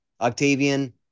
Octavian